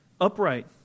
upright